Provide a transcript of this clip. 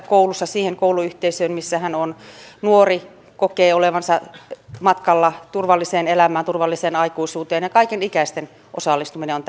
koulussa siihen kouluyhteisöön missä hän on nuori kokee olevansa matkalla turvalliseen elämään turvalliseen aikuisuuteen kaikenikäisten osallistuminen on